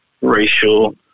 racial